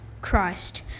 Christ